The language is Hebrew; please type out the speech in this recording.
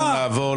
נצביע על